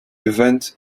event